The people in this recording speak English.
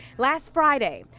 last friday,